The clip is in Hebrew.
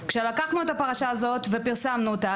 כשלקחנו את הפרשה הזאת ופרסמנו אותה,